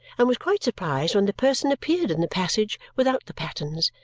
and was quite surprised when the person appeared in the passage without the pattens,